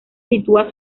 sitúa